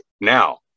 now